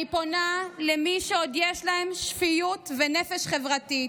אני פונה למי שעוד יש להם שפיות ונפש חברתית.